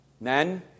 Men